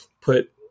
put